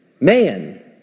man